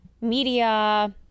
media